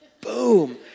boom